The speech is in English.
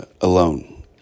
alone